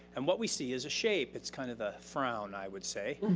and what we see is a shape that's kind of a frown, i would say.